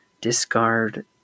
discard